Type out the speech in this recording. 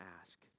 ask